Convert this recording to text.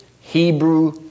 Hebrew